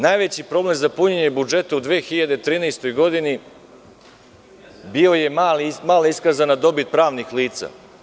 Najveći problem za punjenje budžeta u 2013. godini je bila mala iskazana dobit pravnih lica.